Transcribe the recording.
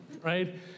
right